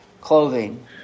clothing